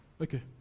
Okay